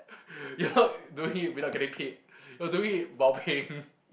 you're not doing it without getting paid we're doing it while paying